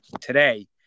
today